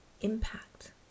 impact